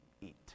eat